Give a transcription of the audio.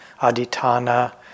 aditana